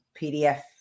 pdf